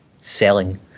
selling